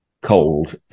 cold